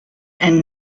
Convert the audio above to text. and